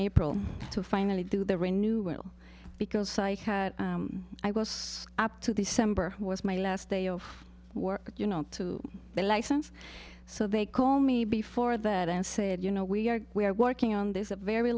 april to finally do the renewal because i was up to the summer was my last day of work you know to the license so they call me before that and said you know we are we're working on this at very